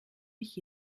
mich